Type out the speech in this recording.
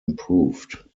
improved